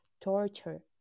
torture